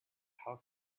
how